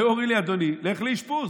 היו אומרים לי: אדוני, לך לאשפוז.